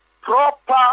proper